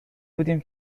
بودیم